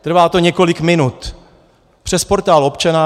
Trvá to několik minut přes Portál občana.